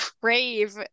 crave